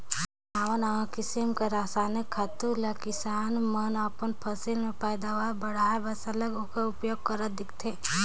नावा नावा किसिम कर रसइनिक खातू ल किसान मन अपन फसिल कर पएदावार बढ़ाए बर सरलग ओकर उपियोग करत दिखथें